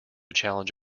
challenge